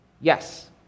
Yes